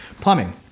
plumbing